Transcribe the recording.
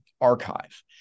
archive